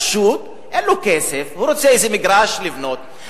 פשוט, אין לו כסף, והוא רוצה איזה מגרש כדי לבנות.